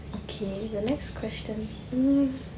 okay the next question hmm